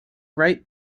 right